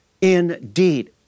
indeed